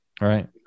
right